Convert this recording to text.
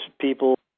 people